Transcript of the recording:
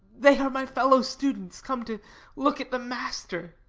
they are my fellow students, come to look at the master.